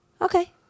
Okay